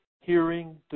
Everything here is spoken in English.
hearing